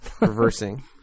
Reversing